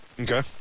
Okay